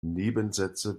nebensätze